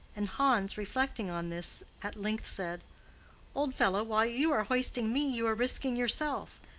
and hans, reflecting on this, at length said old fellow, while you are hoisting me you are risking yourself.